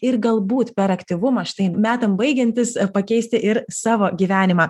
ir galbūt per aktyvumą štai metam baigiantis pakeisti ir savo gyvenimą